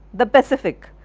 the pacific,